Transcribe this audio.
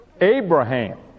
Abraham